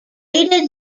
aided